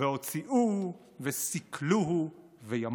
והוציאהו וסקלהו וימת".